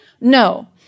No